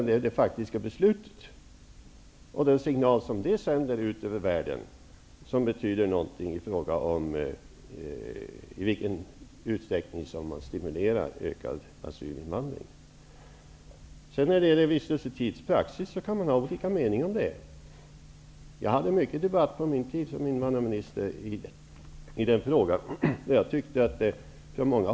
Det är det faktiska beslutet och den signal som det sänder ut över världen som betyder något när det gäller i vilken utsträckning som asylinvandring stimuleras och därmed ökar. Praxis när det gäller vistelsetid kan man ha olika meningar om. Under min tid som invandrarminister hade jag många debatter i den frågan.